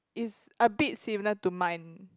is a bit similar to mine